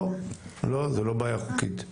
לא, זה לא בעיה חוקית.